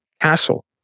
castle